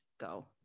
go